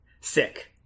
Sick